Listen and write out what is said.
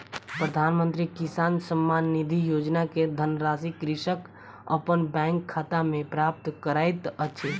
प्रधानमंत्री किसान सम्मान निधि योजना के धनराशि कृषक अपन बैंक खाता में प्राप्त करैत अछि